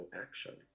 action